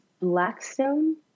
blackstone